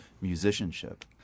musicianship